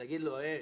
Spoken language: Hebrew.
זה להגיד להם: "הי,